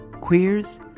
queers